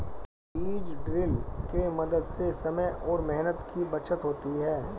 बीज ड्रिल के मदद से समय और मेहनत की बचत होती है